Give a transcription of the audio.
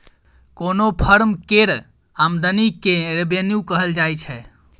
कोनो फर्म केर आमदनी केँ रेवेन्यू कहल जाइ छै